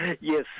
Yes